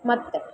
ಮತ್ತೆ